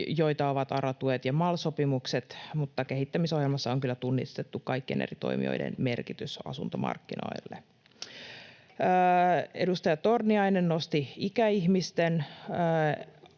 joita ovat ARA-tuet ja MAL-sopimukset, mutta kehittämisohjelmassa on kyllä tunnistettu kaikkien eri toimijoiden merkitys asuntomarkkinoille. Edustaja Torniainen nosti ikäihmisten